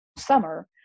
summer